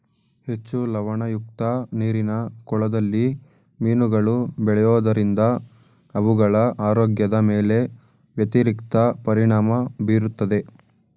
ಹೆಚ್ಚು ಲವಣಯುಕ್ತ ನೀರಿನ ಕೊಳದಲ್ಲಿ ಮೀನುಗಳು ಬೆಳೆಯೋದರಿಂದ ಅವುಗಳ ಆರೋಗ್ಯದ ಮೇಲೆ ವ್ಯತಿರಿಕ್ತ ಪರಿಣಾಮ ಬೀರುತ್ತದೆ